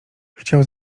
chciał